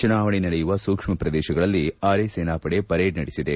ಚುನಾವಣೆ ನಡೆಯುವ ಸೂಕ್ಷ್ಮ ಶ್ರದೇಶಗಳಲ್ಲಿ ಅರೆ ಸೇನಾಪಡೆ ಪರೇಡ್ ನಡೆಸಿದೆ